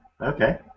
Okay